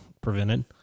prevented